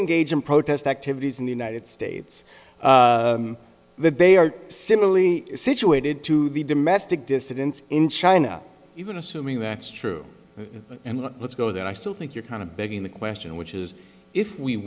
engage in protest activities in the united states that they are similarly situated to the domestic dissidents in china even assuming that's true and let's go then i still think you're kind of begging the question which is if we